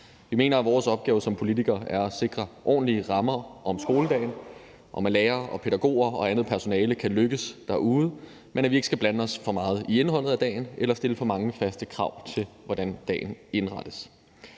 Vi mener, at vores opgave som politikere er at sikre ordentlige rammer om skoledagen, og at lærere og pædagoger og andet personale kan lykkes derude, men at vi ikke skal blande os for meget i indholdet af dagen eller stille for mange faste krav til, hvordan dagen indrettes.